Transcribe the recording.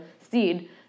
seed